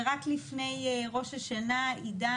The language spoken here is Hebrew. רק לפני ראש השנה עידן,